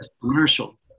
commercial